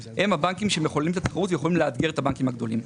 הם הבנקים שמחוללים את התחרות ויכולים לאתגר את הבנקים הגדולים.